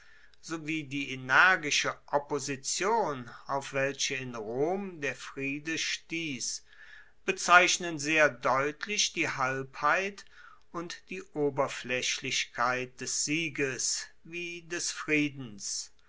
sowie die energische opposition auf welche in rom der friede stiess bezeichnen sehr deutlich die halbheit und die oberflaechlichkeit des sieges wie des friedens